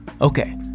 Okay